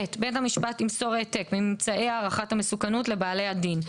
(ב)בית המשפט ימסור העתק מממצאי הערכת המסוכנות לבעלי הדין,